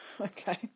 Okay